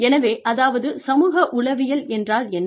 எனவே அதாவது சமூக உளவியல் என்றால் என்ன